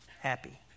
happy